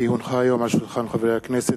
כי הונחה היום על שולחן הכנסת,